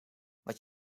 wat